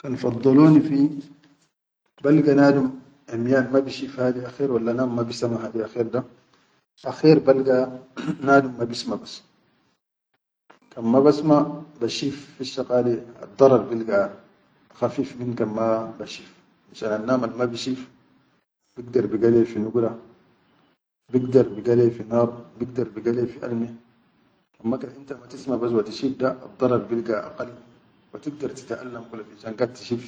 Kan faddaloni fi balga nadum emiyan nadum ma bishif hadi akher walla nadum ma bisama hadi akher da, akher balga nadum ma bisama bas, kan ma basima basheef fisshaqali addarar bilga khafif min kan ma bashif, fishan annam al ma bishif bigda bige le fi alme, amma kan inta ma tisama bs wa tishif da addarar bilga aqal wa tigdar titaʼallam kula fishan.